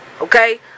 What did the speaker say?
Okay